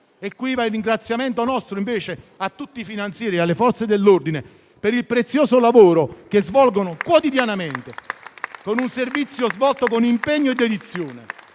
E qui va il nostro ringraziamento, invece, a tutti i finanzieri e alle Forze dell'ordine per il prezioso lavoro che svolgono quotidianamente, prestando servizio con impegno e dedizione.